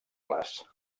les